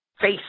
face